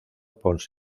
pons